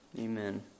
Amen